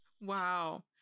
Wow